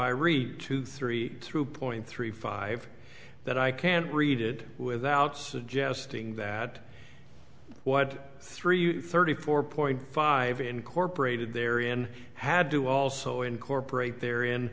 i read two three through point three five that i can't read it without suggesting that what three thirty four point five incorporated there in had to also incorporate there in